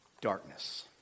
Darkness